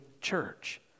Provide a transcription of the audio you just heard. church